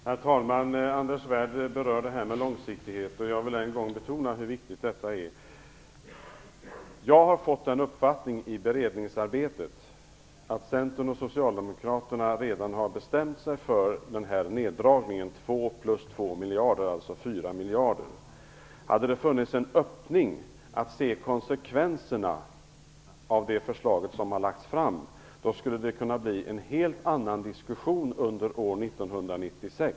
Herr talman! Anders Svärd berörde långsiktigheten, och jag vill än en gång betona hur viktig den är. Jag har fått den uppfattningen i beredningsarbetet att Centern och Socialdemokraterna redan har bestämt sig för en neddragning av 2 plus 2, alltså 4, miljarder. Hade det funnits en öppning att se konsekvenserna av det förslag som har lagts fram skulle det kunna bli en helt annan diskussion under år 1996.